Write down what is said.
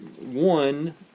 One